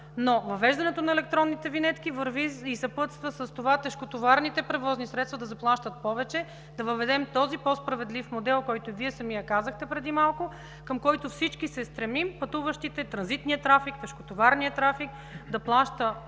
Въвеждането на електронните винетки върви и се съпътства с това тежкотоварните превозни средства да заплащат повече, да въведем този по-справедлив модел, към който – Вие сам казахте преди малко – всички се стремим: транзитният трафик, тежкотоварният трафик да плаща